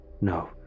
No